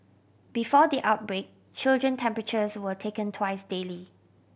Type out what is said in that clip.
before the outbreak children temperatures were taken twice daily